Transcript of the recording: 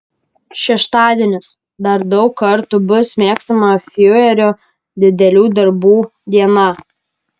šeštadienis dar daug kartų bus mėgstama fiurerio didelių darbų diena